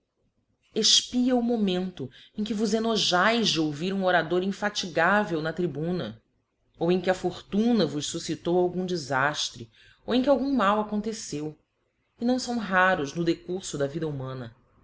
efpia o momento em que vos ennojaes de ouvir um orador infatigável na tribuna ou em que a fortuna vos fufcitou algum defaftre ou em que algum mal aconteceu e não fão raros no decurfo da vida humana